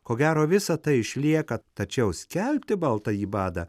ko gero visa tai išlieka tačiau skelbti baltąjį badą